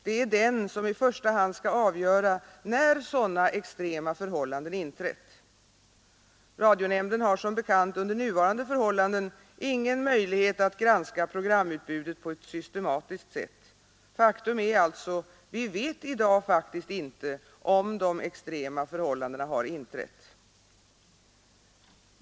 Det är den som i första hand skall avgöra när sådana extrema förhållanden inträtt. Radionämnden har som bekant under nuvarande förhållanden ingen möjlighet att granska programutbudet på ett systematiskt sätt. Faktum är alltså att vi i dag faktiskt inte vet om ”extrema förhållanden” har inträtt.